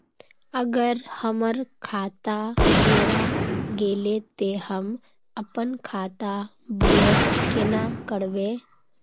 अगर हमर खाता हेरा गेले ते हम अपन खाता ब्लॉक केना करबे?